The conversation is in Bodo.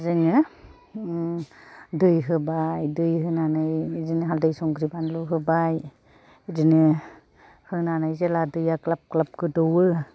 जोङो उम दै होबाय दै होनानै बिदिनो हालदै संख्रि बानलु होबाय बिदिनो होनानै जेला दैया ग्लाब ग्लाब गोदौवो